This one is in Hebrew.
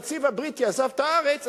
הוא אומר: כשהנציב הבריטי עזב את הארץ,